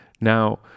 Now